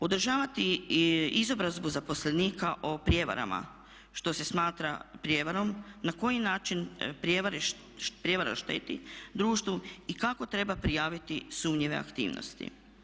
Održavati izobrazbu zaposlenika o prijevarama, što se smatra prijevarom, na koji način prijevara šteti društvu i kako treba prijaviti sumnjive aktivnosti.